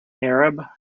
arab